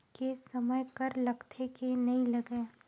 के समय कर लगथे के नइ लगय?